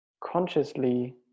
consciously